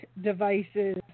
devices